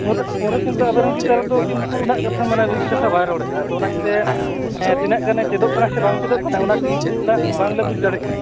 ᱩᱱᱨᱮ ᱩᱱᱨᱮ ᱠᱤᱱᱛᱩ ᱟᱵᱮᱱ ᱨᱮᱱ ᱜᱤᱫᱟᱹᱨ ᱫᱚ ᱠᱤᱱᱛᱩ ᱱᱟᱜ ᱠᱟᱛᱷᱟ ᱢᱟᱱᱮ ᱵᱮᱥᱤ ᱠᱟᱛᱷᱟ ᱵᱟᱭ ᱨᱚᱲᱮᱜᱼᱟ ᱟᱫᱚ ᱚᱱᱟ ᱛᱮ ᱛᱤᱱᱟᱹᱜ ᱜᱟᱱᱮ ᱪᱮᱫᱚᱜ ᱠᱟᱱᱟ ᱥᱮ ᱵᱟᱝ ᱪᱮᱫᱚᱜ ᱠᱟᱱᱟ ᱚᱱᱟ ᱠᱤᱱᱛᱩ ᱦᱟᱜ ᱵᱟᱝ ᱵᱩᱡᱽ ᱫᱟᱲᱮᱜ ᱠᱟᱱᱟ